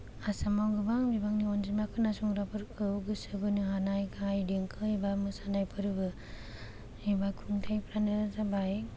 आसामाव गोबा बिबांनि अनजिमा खोनासंग्राफोरखौ गोसो बोनो हानाय गाहाय देंखो एबा मोसानाय फोरबो एबा खुंथायफ्रानो जाबाय